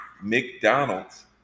McDonald's